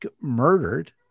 murdered